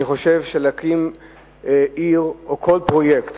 אני חושב שלהקים עיר או כל פרויקט